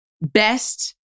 best